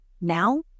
now